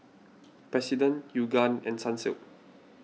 President Yoogane and Sunsilk